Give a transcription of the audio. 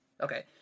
Okay